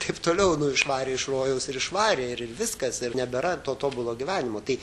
taip toliau išvarė iš rojaus ir išvarė ir viskas ir nebėra to tobulo gyvenimo tai